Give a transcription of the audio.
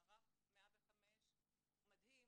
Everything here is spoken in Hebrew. מערך 105 מדהים.